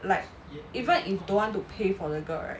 like even if don't want to pay for the girl right